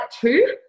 two